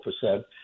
percent